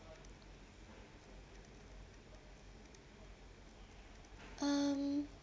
um